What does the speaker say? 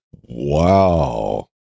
Wow